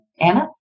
Anna